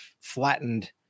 flattened